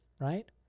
right